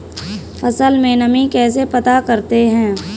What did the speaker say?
फसल में नमी कैसे पता करते हैं?